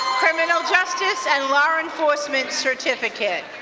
criminal justice and law enforcement certificate.